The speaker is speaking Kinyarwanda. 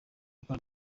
gukora